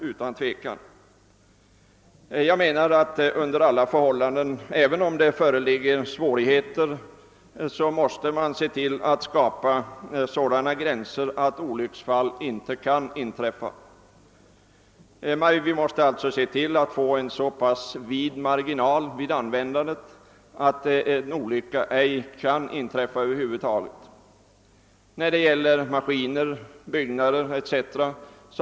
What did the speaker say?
Även om det föreligger svårigheter, menar jag att man under alla förhållanden måste sätta sådana gränser, att olycksfall inte kan inträffa. Man måste också se till att marginalen vid användandet blir så vid, att en olycka över huvud taget icke kan inträffa. När det gäller maskiner, byggnader etc.